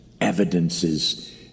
evidences